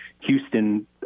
houston